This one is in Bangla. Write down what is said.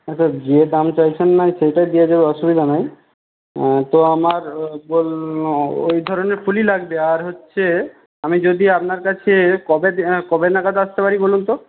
হ্যাঁ তো যে দাম চাইছেন নাহয় সেইটাই দিয়ে দেব অসুবিধা নেই তো আমার ওই ধরনের ফুলই লাগবে আর হচ্ছে আমি যদি আপনার কাছে কবে কবে নাগাদ আসতে পারি বলুন তো